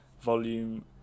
volume